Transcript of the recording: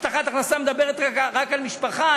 הבטחת הכנסה מדברת רק על משפחה,